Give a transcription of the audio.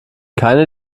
keine